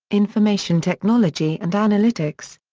information technology and analytics.